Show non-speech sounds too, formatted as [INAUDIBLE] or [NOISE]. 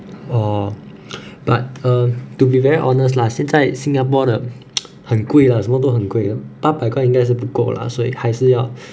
orh but um to be very honest lah 现在 singapore 的 [NOISE] 很贵啦什么都很贵八百块应该是不够啦所以还是要